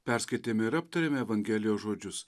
perskaitėme ir aptarėme evangelijos žodžius